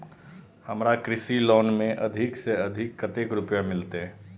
हमरा कृषि लोन में अधिक से अधिक कतेक रुपया मिलते?